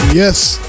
Yes